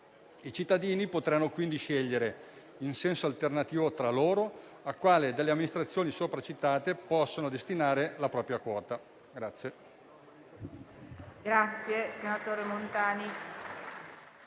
I cittadini potranno, quindi, scegliere, in senso alternativo tra loro, a quale delle amministrazioni sopracitate destinare la propria quota.